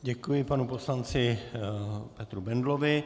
Děkuji panu poslanci Petru Bendlovi.